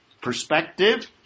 perspective